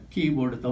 Keyboard